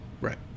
Right